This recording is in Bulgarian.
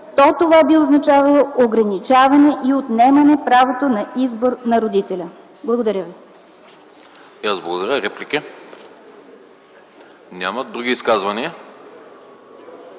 то това би означавало ограничаване и отнемане правото на избор на родителя. Благодаря ви.